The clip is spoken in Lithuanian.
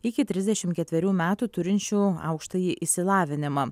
iki trisdešim ketverių metų turinčių aukštąjį išsilavinimą